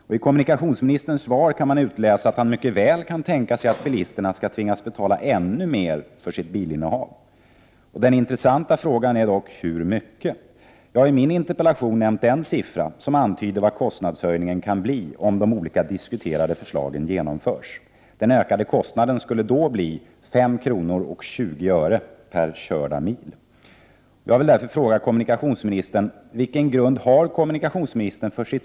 I kommunikationsministerns svar kan man utläsa att han mycket väl kan tänka sig att bilisterna skall tvingas betala ännu mer för sitt bilinnehav. Den intressanta frågan är dock hur mycket. Jag har i min interpellation nämnt en siffra som antyder vad kostnadshöjningen kan bli om de olika diskuterade förslagen genomförs. Den ökade kostnaden skulle då bli 5 kronor 20 öre per körda mil.